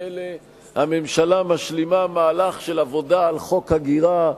אלה הממשלה משלימה מהלך של עבודה על חוק הגירה,